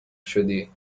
شدی